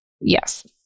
Yes